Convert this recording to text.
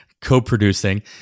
co-producing